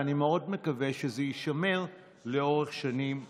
ואני מאוד מקווה שזה יישמר לאורך שנים רבות.